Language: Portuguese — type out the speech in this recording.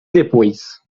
depois